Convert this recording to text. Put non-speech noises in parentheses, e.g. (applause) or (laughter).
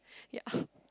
ya (breath)